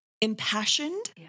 impassioned